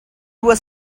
was